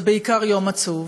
זה בעיקר יום עצוב,